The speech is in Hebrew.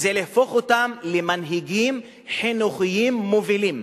זה להפוך אותם למנהיגים חינוכיים מובילים.